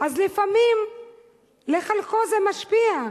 אז לפעמים על חלקו זה משפיע.